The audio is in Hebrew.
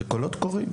זה קולות קוראים.